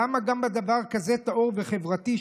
למה גם בדבר כזה טהור וחברתי,